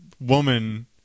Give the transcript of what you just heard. woman